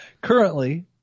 Currently